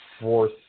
fourth